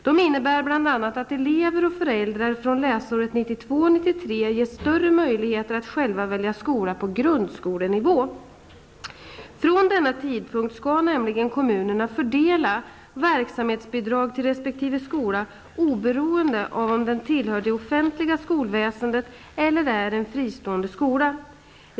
De innebär bl.a. att elever och föräldrar fr.o.m. läsåret 1992/93 ges större möjligheter att själva välja skola på grundskolenivå. Från denna tidpunkt skall nämligen kommunerna fördela verksamhetsbidrag till resp. skola oberoende av om den tillhör det offentliga skolväsendet eller är en fristående skola.